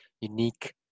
unique